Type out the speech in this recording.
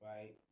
Right